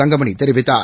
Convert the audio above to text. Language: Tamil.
தங்கம்ணி தெரிவித்தார்